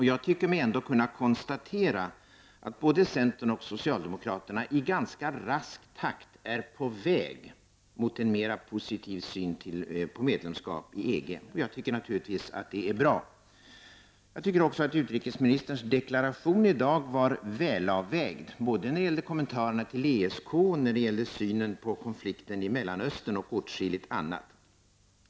Jag tycker mig ändå kunna konstatera att både centern och socialdemokraterna i ganska rask takt är på väg mot en mer positiv syn på ett svenskt medlemskap i EG. Det tycker jag naturligtvis är bra. Jag anser också att utrikesministerns deklaration i dag var väl avvägd, när det gäller både kommentarerna till ESK och synen på Mellanöstern och åtskilligt annat.